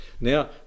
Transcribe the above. Now